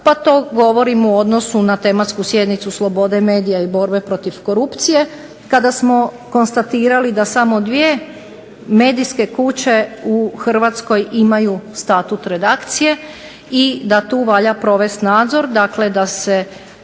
pa to govorim u odnosu na tematsku sjednicu slobode medija i borbe protiv korupcije, kada smo konstatirali da samo dvije medijske kuće u Hrvatskoj imaju statut redakcije i da tu valja provesti nadzor, dakle da se